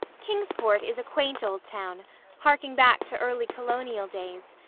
kingsport is a quaint old town, hearking back to early colonial days,